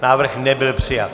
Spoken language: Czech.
Návrh nebyl přijat.